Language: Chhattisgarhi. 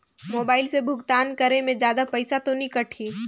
मोबाइल से भुगतान करे मे जादा पईसा तो नि कटही?